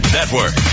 Network